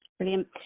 Brilliant